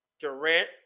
Durant